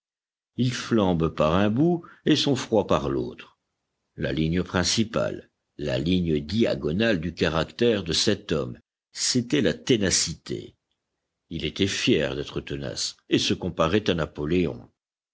ils flambent par un bout et sont froids par l'autre la ligne principale la ligne diagonale du caractère de cet homme c'était la ténacité il était fier d'être tenace et se comparait à napoléon